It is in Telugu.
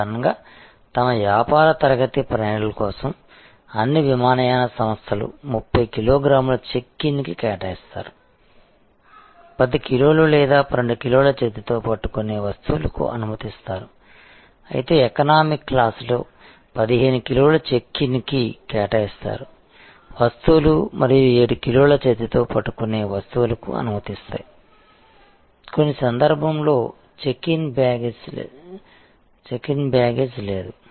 సాధారణంగా తమ వ్యాపార తరగతి ప్రయాణికుల కోసం అన్ని విమానయాన సంస్థలు 30 కిలో గ్రాముల చెక్ ఇన్ కి కేటాయిస్తారు 10 కిలోలు లేదా 12 కిలోల చేతితో పట్టుకునే వస్తువులు కు అనుమతిస్తారు అయితే ఎకనామిక్ క్లాస్ లో 15 కిలోలు చెక్ ఇన్ కి కేటాయిస్తారు వస్తువులు మరియు 7 కిలోల చేతితో పట్టుకునే వస్తువులు కు అనుమతిస్తాయి కొన్ని సందర్భాల్లో చెకిన్ బ్యాగేజ్ లేదు ఉచిత చెకిన్ బ్యాగేజ్ లేదు